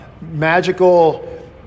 magical